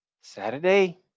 saturday